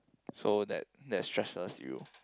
so that that stresses you